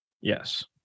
Yes